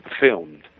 filmed